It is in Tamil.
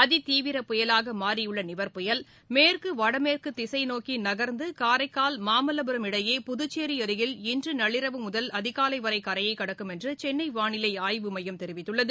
அதி தீவிர புயலாக மாறியுள்ள நிவர் புயல்மேற்கு வடமேற்கு திசை நோக்கி நகர்ந்து காரைக்கால் மாமல்லபுரம் இடையே புதுச்சேரி அருகில் இன்று நள்ளிரவு முதல் அதிகாலை வரை கரையைக் கடக்கும் என்று சென்னை வானிலை ஆய்வு மையம் தெரிவித்துள்ளது